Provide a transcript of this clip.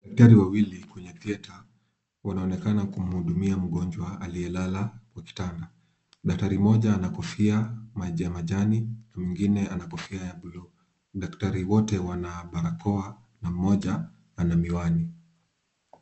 Daktari wawili kwenye theatre wanaonekana kumhudumia mgonjwa aliyelala kwa kitanda. Daktari mmoja ana kofia maji ya majani na mwingine ana kofia ya buluu. Daktari wote wana barakoa na mmoja ana miwani.